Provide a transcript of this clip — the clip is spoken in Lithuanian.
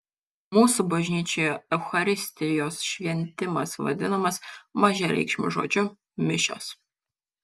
mūsų bažnyčioje eucharistijos šventimas vadinamas mažareikšmiu žodžiu mišios